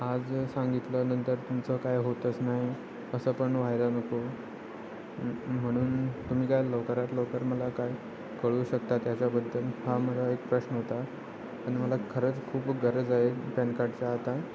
आज सांगितलं नंतर तुमचं काय होतंच नाही असं पण व्हायला नको म्हणून तुम्ही काय लवकरात लवकर मला काय कळवू शकता त्याच्याबद्दल हा मला एक प्रश्न होता आणि मला खरंच खूप गरज आहे पॅन कार्डचा आता